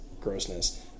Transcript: grossness